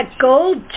gold